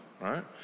right